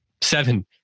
seven